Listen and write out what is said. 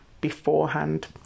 beforehand